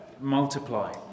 Multiply